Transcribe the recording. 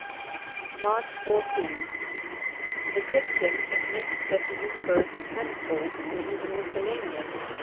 march fourteenth the christian admits that the universe is mani fold and even miscellaneous,